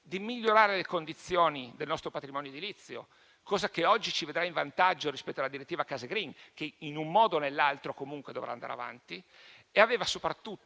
di migliorare le condizioni del nostro patrimonio edilizio, cosa che oggi ci vedrà in vantaggio rispetto alla direttiva Case *green*, che in un modo o nell'altro dovrà andare avanti, e aveva soprattutto